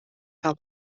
fel